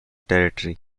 territory